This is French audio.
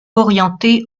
orienté